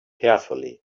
carefully